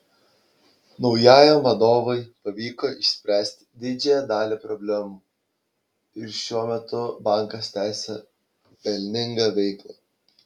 naujajam vadovui pavyko išspręsti didžiąją dalį problemų ir šiuo metu bankas tęsią pelningą veiklą